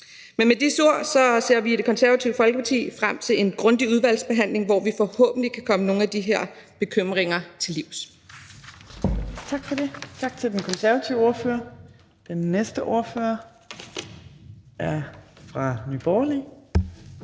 Men med disse ord ser vi i det Konservative Folkeparti frem til en grundig udvalgsbehandling, hvor vi forhåbentlig kan komme nogle af de her bekymringer til livs.